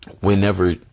whenever